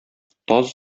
таз